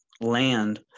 land